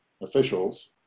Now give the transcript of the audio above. officials